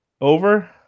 Over